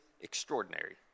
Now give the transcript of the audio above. extraordinary